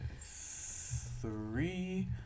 three